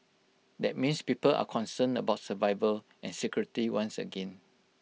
that means people are concerned about survival and security once again